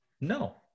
No